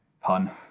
pun